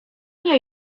nie